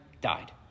died